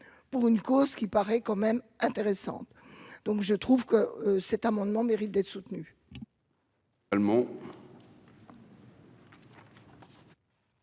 pour une cause qui paraît quand même intéressante donc je trouve que cet amendement mérite d'être soutenu.